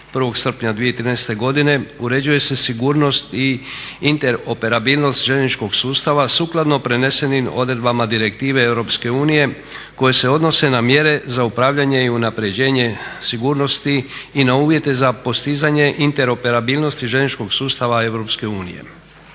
1. srpnja 2013. godine uređuje se sigurnost i operabilnost željezničkog sustava sukladno prenesenim odredbama direktive Europske unije koje se odnose na mjere za upravljanje i unapređenje sigurnosti i na uvjete za postizanje interoperabilnosti željezničkog sustava